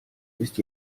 ist